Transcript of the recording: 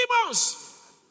demons